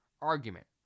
argument